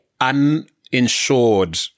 uninsured